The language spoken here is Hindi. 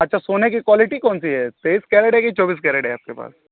अच्छा सोने की क्वालिटी कौन सी है तेइस कैरेट है कि चौबीस कैरेट है आपके पास